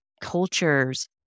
cultures